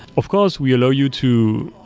of course, we allow you to